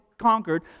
conquered